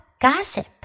gossip